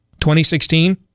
2016